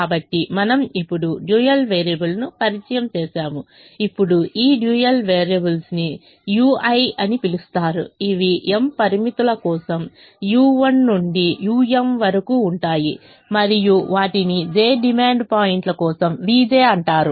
కాబట్టి మనము ఇప్పుడు డ్యూయల్ వేరియబుల్ను పరిచయం చేసాము ఇప్పుడు ఈ డ్యూయల్ వేరియబుల్స్ను ui's అని పిలుస్తారు ఇవి m పరిమితుల కోసం u1 నుండి um వరకు ఉంటాయి మరియు వాటిని j డిమాండ్ పాయింట్ల కోసం vj అంటారు